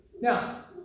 Now